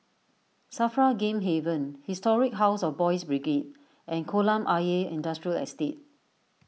Safra Game Haven Historic House of Boys' Brigade and Kolam Ayer Industrial Estate